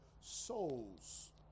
souls